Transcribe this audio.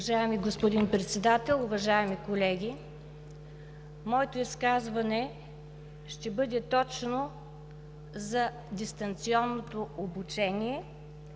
Уважаеми господин Председател, уважаеми колеги! Моето изказване ще бъде точно за дистанционното обучение.